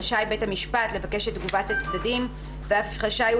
רשאי בית המשפט לבקש את תגובת הצדדים ואף רשאי הוא